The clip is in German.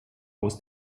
aus